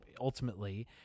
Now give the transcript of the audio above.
ultimately